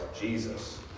Jesus